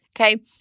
Okay